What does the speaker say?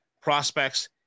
prospects